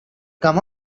come